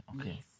Okay